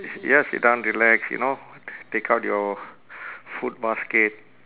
yes sit down relax you know take out your food basket